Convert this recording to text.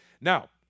Now